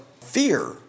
fear